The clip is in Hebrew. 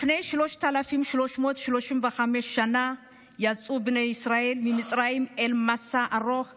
לפני 3,335 שנה יצאו בני ישראל ממצרים אל מסע ארוך במדבר,